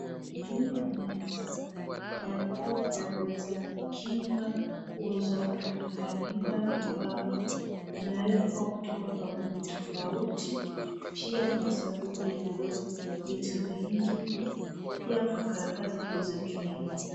Juu ya meza, kuna vifaa vinavyoweza kukinga uwezo wa kutopata mimba ambapo vimewekwa kutoka kampuni tofauti na pia kuna sanduku linalo vitu vingi. Pia kuna karatasi zilizo juu ya meza.